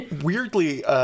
weirdly